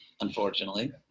unfortunately